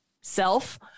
self